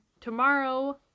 tomorrow